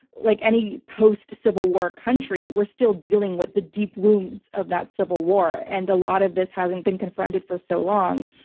like any post civil war country, we're still dealing with the deep wounds of that civil war. and a lot of this hasn't been confronted for so long.